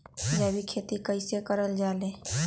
जैविक खेती कई से करल जाले?